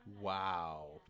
wow